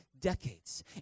decades